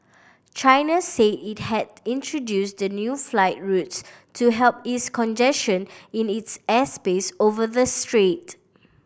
China said it had introduced the new flight routes to help ease congestion in its airspace over the strait